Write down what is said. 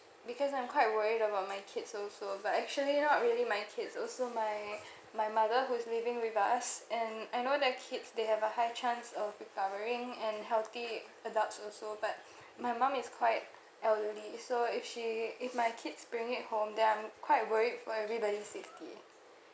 because I'm quite worried about my kids also but actually not really my kids also my my mother who is living with us and I know that kids they have a high chance of recovering and healthy adults also but my mum is quite elderly so if she if my kids bring it home then I'm quite worried for everybody's safety